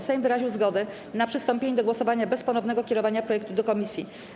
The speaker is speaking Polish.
Sejm wyraził zgodę na przystąpienie do głosowania bez ponownego kierowania projektu do komisji.